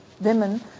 women